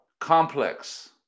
complex